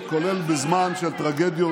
כולל בזמן של טרגדיות